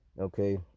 Okay